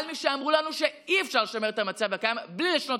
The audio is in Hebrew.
אבל משאמרו לנו שאי-אפשר לשמר את המצב הקיים בלי לשנות